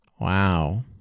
wow